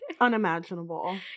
Unimaginable